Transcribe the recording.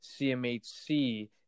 CMHC